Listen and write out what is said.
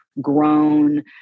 grown